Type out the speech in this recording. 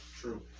True